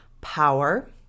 power